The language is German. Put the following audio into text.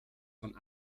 von